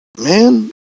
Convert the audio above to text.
man